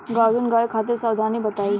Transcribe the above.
गाभिन गाय खातिर सावधानी बताई?